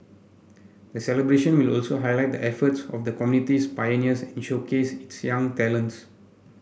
the celebration will also highlight the efforts of the community's pioneers and showcase its young talents